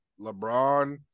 LeBron